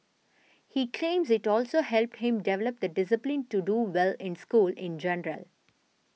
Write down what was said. he claims it also helped him develop the discipline to do well in school in